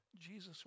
Jesus